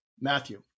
Matthew